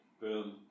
boom